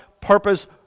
purpose